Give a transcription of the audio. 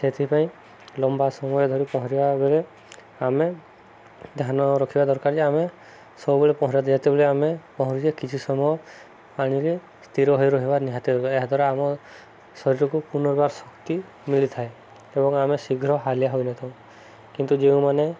ସେଥିପାଇଁ ଲମ୍ବା ସମୟ ଧରି ପହଁରିବା ବେଳେ ଆମେ ଧ୍ୟାନ ରଖିବା ଦରକାର ଆମେ ସବୁବେଳେ ପହଁରିବା ଯେତେବେଳେ ଆମେ ପହଁରିକି କିଛି ସମୟ ପାଣିରେ ସ୍ଥିର ହୋଇ ରହିବା ନିହାତି ଦରକାର ଏହା ଦ୍ୱାରା ଆମ ଶରୀରକୁ ପୁନର୍ବାର ଶକ୍ତି ମିଳିଥାଏ ଏବଂ ଆମେ ଶୀଘ୍ର ହାଲିଆ ହୋଇନଥାଉ କିନ୍ତୁ ଯେଉଁମାନେ